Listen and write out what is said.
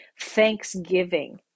Thanksgiving